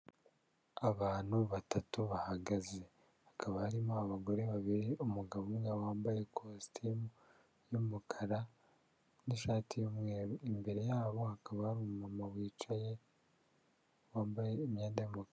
Abantu batatu bahagaze hakaba harimo abagore babiri, umugabo umwe wambaye ikositimu y'umukara n'ishati y'umweru, imbere yabo akaba hari umumama wicaye wambaye imyenda y'umakara.